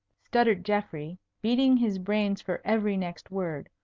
stuttered geoffrey, beating his brains for every next word,